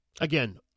Again